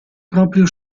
proprio